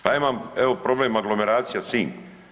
Pa imam evo problem aglomeracija Sinj.